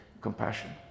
compassion